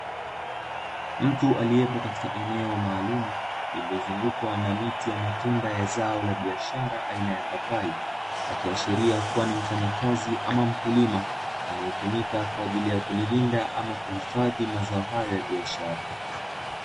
Mtu aliyepo katika eneo maalumu, lililozungukwa na miti ya matunda ya zao la biashara aina ya papai, akiashiria kuwa ni mfanyakazi ama mkulima anayetumika, kwa ajili ya kulilinda ama kuhifadhi mazao hayo ya biashara.